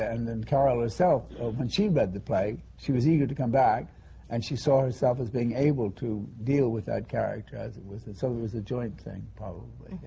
and then carol herself, when she read the play, she was eager to come back and she saw herself as being able to deal with that character as it was, and so it was a joint thing, probably,